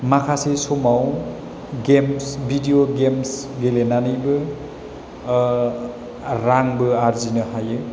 माखासे समाव games video games गेलेनानैबो रांबो आरजिनो हायो